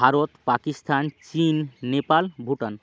ভারত পাকিস্তান চীন নেপাল ভুটান